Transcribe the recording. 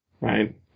right